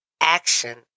action